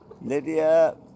Lydia